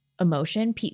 emotion